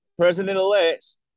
president-elects